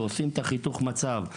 כשעושים חיתוך מצב,